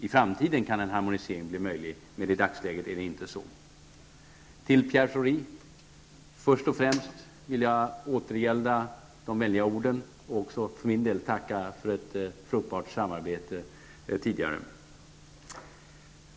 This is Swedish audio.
I framtiden kan en harmonisering bli möjlig, men i dagsläget är det inte så. Sedan till Pierre Schori: För det första vill jag återgälda de vänliga orden och för min del tacka för ett fruktbart samarbete tidigare.